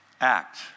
act